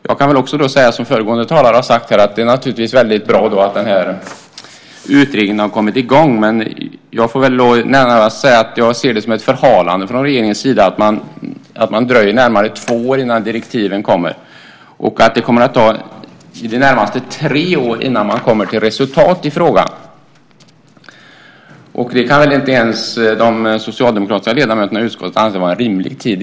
Jag säger som föregående talare har sagt, nämligen att det är naturligtvis bra att utredningen har kommit i gång. Men jag ser det som ett förhalande från regeringens sida att man har dröjt närmare två år innan direktiven har lagts fram. Det kommer att ta i det närmaste tre år innan man kommer till resultat i frågan. Det kan inte ens de socialdemokratiska ledamöterna i utskottet anse vara en rimlig tid.